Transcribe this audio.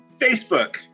Facebook